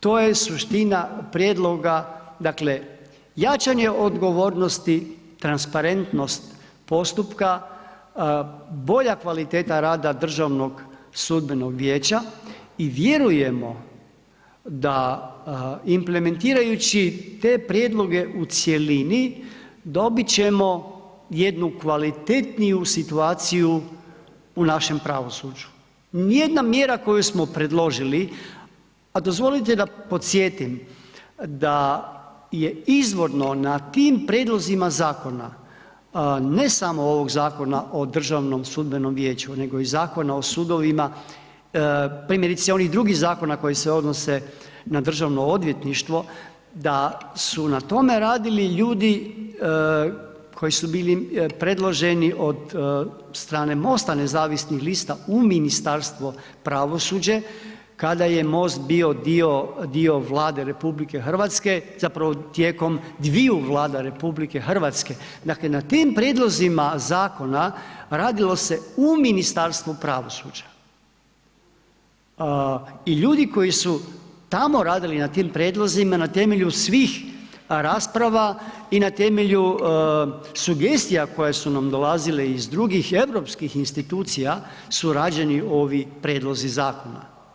To je suština prijedloga dakle, jačanje odgovornosti, transparentnost postupka, bolja kvaliteta rada DVS-a i vjerujemo da implementirajući te prijedloge u cjelini, dobit ćemo jednu kvalitetniju situaciju u našem pravosuđu, nijedna mjera koju smo predložili a dozvolite da podsjetim da je izvorno na tim prijedlozima zakona, ne samo ovog Zakona o DSV-u nego i Zakona o sudova, primjerice i onih drugih zakona koji se odnose na Državno odvjetništvo, da su na tome radili ljudi koji su bili predloženi od strane MOST-a nezavisnih lista u Ministarstvo pravosuđa kada je MOST bio dio Vlade RH zapravo tijekom dviju Vlada RH, dakle na tim prijedlozima zakona, radilo se u Ministarstvu pravosuđa i ljudi koji su tamo radili na tim prijedlozima na temelju svih rasprava i na temelju sugestija koje su nam dolazile iz drugih europskih institucija su rađeni ovi prijedlozi zakona.